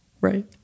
right